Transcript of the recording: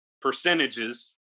percentages